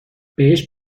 بهش